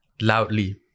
loudly